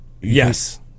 Yes